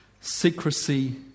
secrecy